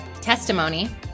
testimony